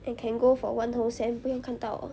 I can go for one whole sem 不用看到